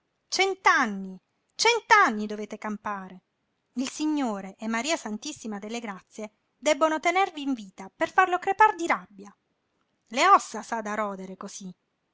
cent'anni cent anni dovete campare il signore e maria santissima delle grazie debbono tenervi in vita per farlo crepar di rabbia le ossa s'ha da rodere cosí